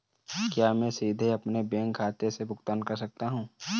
क्या मैं सीधे अपने बैंक खाते से भुगतान कर सकता हूं?